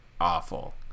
awful